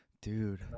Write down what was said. Dude